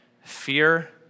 fear